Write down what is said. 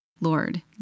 Lord